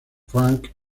frank